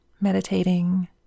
meditating